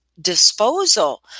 disposal